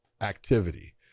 activity